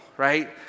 right